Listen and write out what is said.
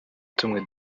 tumwe